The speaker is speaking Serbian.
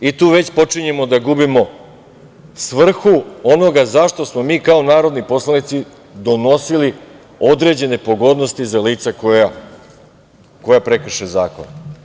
I tu već počinjemo da gubimo svrhu onoga zašto smo mi kao narodni poslanici donosili određene pogodnosti za lica koja prekrše zakon.